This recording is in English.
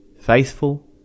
faithful